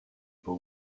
pas